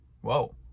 whoa